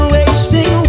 wasting